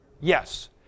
Yes